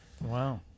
Wow